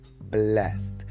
blessed